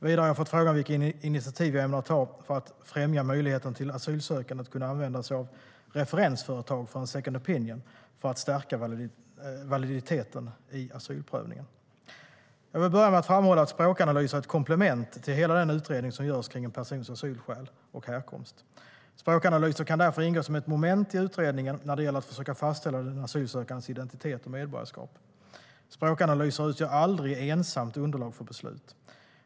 Vidare har jag fått frågan vilka initiativ jag ämnar att ta för att främja möjligheten för asylsökande att använda sig av referensföretag för en second opinion för att stärka validiteten i asylprövningen. Jag vill börja med att framhålla att språkanalyser är ett komplement till hela den utredning som görs kring en persons asylskäl och härkomst. Språkanalyser kan därför ingå som ett moment i utredningen när det gäller att försöka fastställa den asylsökandes identitet och medborgarskap. Språkanalyser utgör aldrig ensamt underlag för beslut.